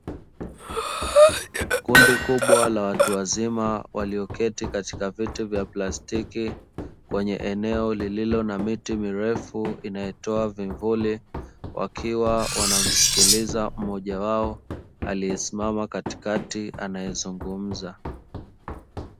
Kundi kubwa la watu wazima walioketi katika viti vya plastiki kwenye eneo lililo na miti mirefu inayotoa vivuli, wakiwa wanamsikiliza mmoja wao aliyesimama katikati anayezungumza.